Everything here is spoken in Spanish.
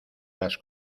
las